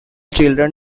children